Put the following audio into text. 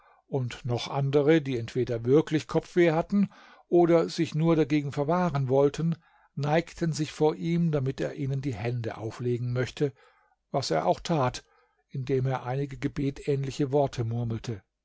und noch andere die entweder wirklich kopfweh hatten oder sich nur dagegen verwahren wollten neigten sich vor ihm damit er ihnen die hände auflegen möchte was er auch tat indem er einige gebetähnliche worte murmelte